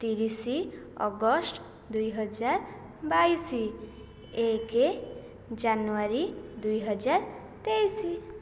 ତିରିଶ ଅଗଷ୍ଟ ଦୁଇ ହଜାର ବାଇଶ ଏକ ଜାନୁଆରୀ ଦୁଇହଜାର ତେଇଶ